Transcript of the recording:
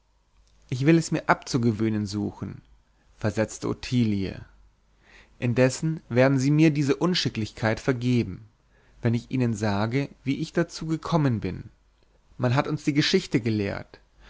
ich will es mir abzugewöhnen suchen versetzte ottilie indessen werden sie mir diese unschicklichkeit vergeben wenn ich ihnen sage wie ich dazu gekommen bin man hat uns die geschichte gelehrt